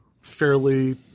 fairly